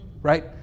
right